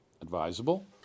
advisable